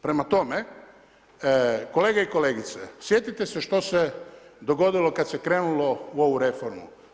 Prema tome, kolege i kolegice, sjetite se što se dogodilo kad se krenulo u ovu reformu.